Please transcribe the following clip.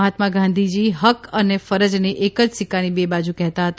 મહાત્મા ગાંધીજી હક્ક અને ફરજને એક જ સિક્કાની બે બાજુ કહેતા હતા